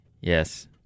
Yes